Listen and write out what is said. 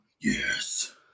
Yes